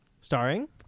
Starring